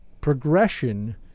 progression